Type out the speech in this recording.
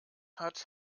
hat